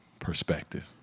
perspective